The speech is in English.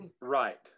right